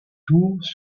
tours